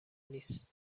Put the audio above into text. نیست